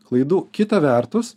klaidų kita vertus